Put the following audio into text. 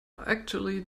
actually